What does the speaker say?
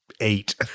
eight